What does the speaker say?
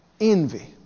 Envy